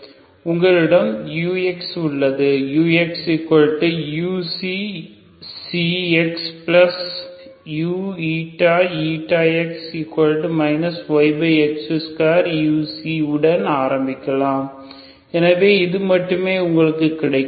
எனவே உங்களிடம் ux உள்ளது uxuxux yx2u உடன் ஆரம்பிக்கலாம் எனவே இது மட்டுமே உங்களுக்கு கிடைக்கும்